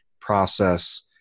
process